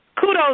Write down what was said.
kudos